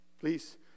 Please